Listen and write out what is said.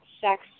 sex